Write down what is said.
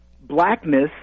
blackness